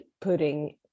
putting